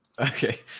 okay